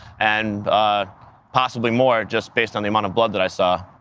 and possibly more. just based on the amount of blood that i saw.